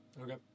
Okay